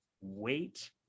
Wait